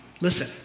listen